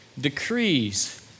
decrees